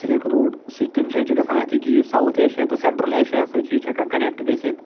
silk route سُہ تَمہِ سۭتۍ چھِ گژھان اَتھ یہِ کہِ یُس ساوُتھ ایشیا تہٕ سٮ۪نٛٹرٛل ایشیاہَس سۭتۍ چھِ یہِ چھِ ہٮ۪کان کنٮ۪کٹ گٔژھِتھ